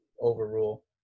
overrule